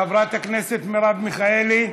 חברת הכנסת מרב מיכאלי,